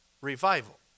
revival